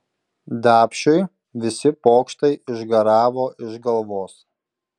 dapšiui visi pokštai išgaravo iš galvos